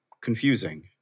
confusing